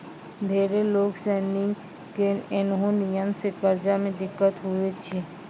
ढेरो लोग सनी के ऐन्हो नियम से कर्जा मे दिक्कत हुवै छै